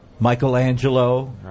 Michelangelo